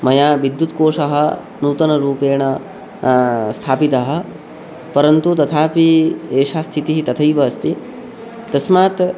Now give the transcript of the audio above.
मया विद्युत्कोषः नूतनरूपेण स्थापितः परन्तु तथापि एषा स्थितिः तथैव अस्ति तस्मात्